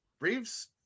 Reeves